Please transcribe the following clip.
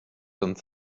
sommes